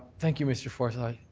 thank you, mr. forsythe.